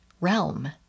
realm